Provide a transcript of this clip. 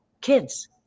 kids